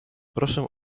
proszę